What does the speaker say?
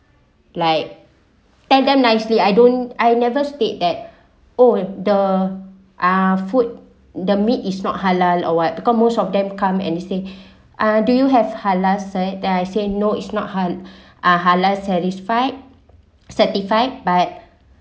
like tell them nicely I don't I never state that oh the uh food the meat is not halal or what because most of them come and say uh do you have halal sell then I say no it's not hal~ are halal satisfied satisfied but